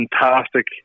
fantastic